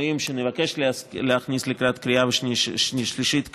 את השינויים שאני מבקש להכניס לקראת קריאה שנייה ושלישית כאן.